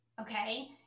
Okay